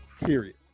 Period